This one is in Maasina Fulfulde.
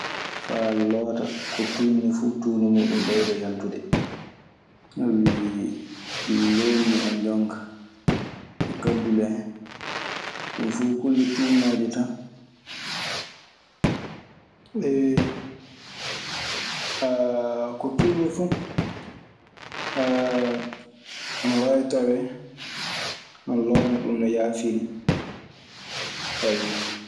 Faa loota ko tunnii fuu faa tuundi muum ɓeydoo yaltude. Sabi loonni en jon kaa e kaddule en, ɗun fuu kulle tuunnooje tan. Ko tuunni fu ana waawi tawee ana lonna ɗun no yaafiri, ayyo.